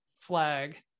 flag